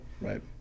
right